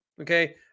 okay